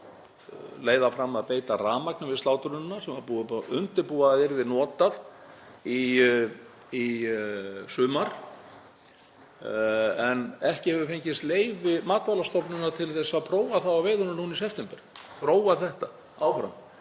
leiða fram að beita rafmagni við slátrunina, sem var búið að undirbúa að yrði notað í sumar en ekki hefur fengist leyfi Matvælastofnunar til að prófa það við veiðarnar núna í september, þróa þetta áfram.